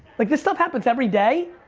like this stuff happens every day,